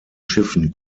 schiffen